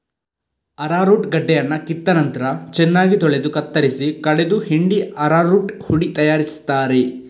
arrowroot ಗಡ್ಡೆಯನ್ನ ಕಿತ್ತ ನಂತ್ರ ಚೆನ್ನಾಗಿ ತೊಳೆದು ಕತ್ತರಿಸಿ ಕಡೆದು ಹಿಂಡಿ ಅರರೂಟ್ ಹುಡಿ ತಯಾರಿಸ್ತಾರೆ